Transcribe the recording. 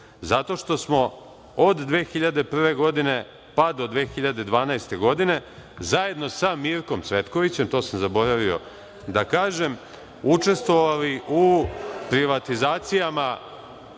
zato što smo od 2001. godine, pa do 2012. godine, zajedno sa Mirkom Cvetkovićem, to sam zaboravio da kažem, učestvovali u privatizacijama